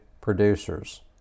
producers